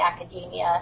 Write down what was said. academia